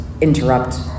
interrupt